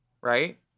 Right